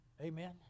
amen